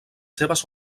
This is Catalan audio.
seves